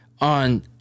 on